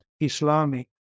Islamic